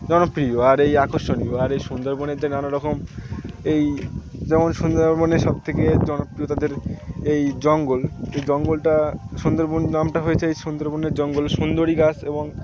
জনপ্রিয় আর এই আকর্ষণীয় আর এই সুন্দরবনের যে নানা রকম এই যেমন সুন্দরবনের সব থেকে জনপ্রিয় তাদের এই জঙ্গল এই জঙ্গলটা সুন্দরবন নামটা হয়েছে এই সুন্দরবনের জঙ্গল সুন্দরী গাছ এবং